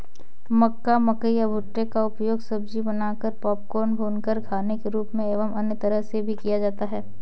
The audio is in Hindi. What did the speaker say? मक्का, मकई या भुट्टे का उपयोग सब्जी बनाकर, पॉपकॉर्न, भूनकर खाने के रूप में एवं अन्य तरह से भी किया जाता है